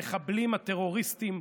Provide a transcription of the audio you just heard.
המחבלים הטרוריסטים,